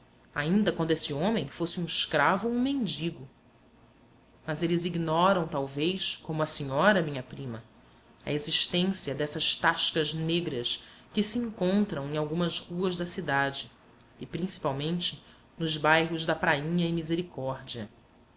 ainda quando esse homem fosse um escravo ou um mendigo mas eles ignoram talvez como a senhora minha prima a existência dessas tascas negras que se encontram em algumas ruas da cidade e principalmente nos bairros da prainha e misericórdia